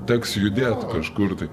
teks judėt kažkur tai